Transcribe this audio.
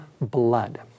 blood